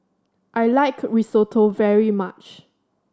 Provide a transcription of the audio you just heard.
I like Risotto very much